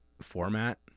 format